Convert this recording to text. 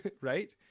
right